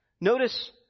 Notice